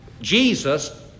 Jesus